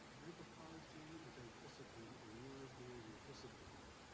anthropology is a discipline, and you are being disciplined.